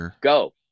go